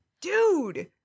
Dude